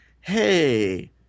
hey